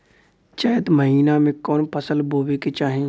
चैत महीना में कवन फशल बोए के चाही?